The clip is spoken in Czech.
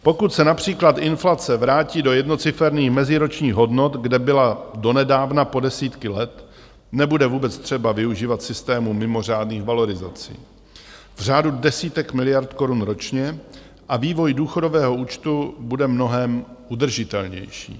Pokud se například inflace vrátí do jednociferných meziročních hodnot, kde byla donedávna po desítky let, nebude vůbec třeba využívat systému mimořádných valorizací v řádu desítek miliard korun ročně a vývoj důchodového účtu bude mnohem udržitelnější.